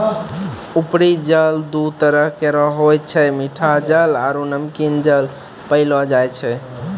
उपरी जल दू तरह केरो होय छै मीठा जल आरु नमकीन जल पैलो जाय छै